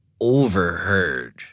overheard